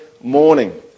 morning